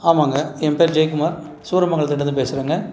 ஆமாம்ங்க என் பேர் ஜெயக்குமார் சூரமங்கலத்துலந்து பேசுகிறேங்க